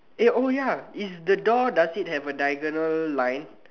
eh oh ya is the door does it have a diagonal line